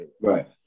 Right